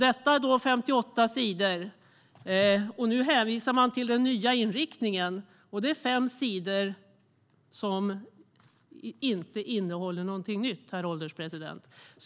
Det var 58 sidor, och nu hänvisar man till den nya inriktningen, och det är fem sidor som inte innehåller något nytt, herr ålderspresident.